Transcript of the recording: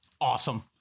Awesome